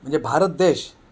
म्हणजे भारत देश